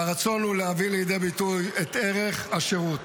והרצון הוא להביא לידי ביטוי את ערך השירות.